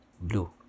blue